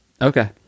okay